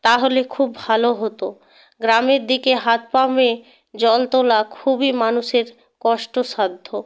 তাহলে খুব ভালো হতো গ্রামের দিকে হাত পাম্পে জল তোলা খুবই মানুষের কষ্ট সাধ্য